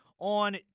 On